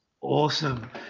awesome